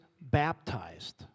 baptized